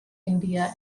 india